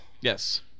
Yes